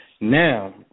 Now